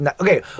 okay